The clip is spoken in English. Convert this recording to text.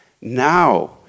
now